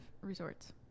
resorts